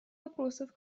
вопросов